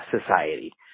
society